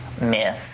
myth